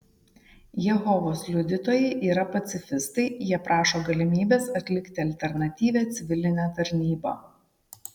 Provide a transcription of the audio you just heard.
jehovos liudytojai yra pacifistai jie prašo galimybės atlikti alternatyvią civilinę tarnybą